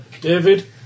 David